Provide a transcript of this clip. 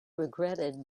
regretted